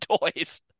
toys